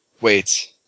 Wait